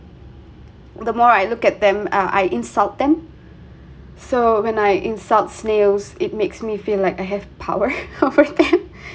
the more I look at them uh I insult them so when I insults snails it makes me feel like I have power over again